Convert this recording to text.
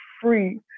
free